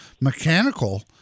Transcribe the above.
mechanical